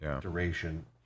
duration